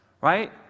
right